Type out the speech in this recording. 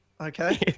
Okay